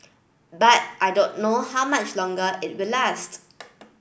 but I don't know how much longer it will last